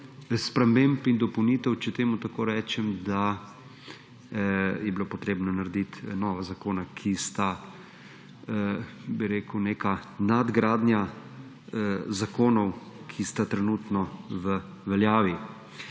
sprememb in dopolnitev, če temu tako rečem, da je bilo potrebno narediti nova zakona, ki sta neka nadgradnja zakonov, ki sta trenutno v veljavi.